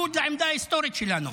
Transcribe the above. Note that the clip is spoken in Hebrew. בניגוד לעמדה ההיסטורית שלנו,